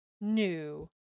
new